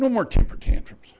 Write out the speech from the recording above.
no more temper tantrums